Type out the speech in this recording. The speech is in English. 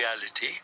reality